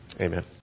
Amen